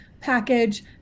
package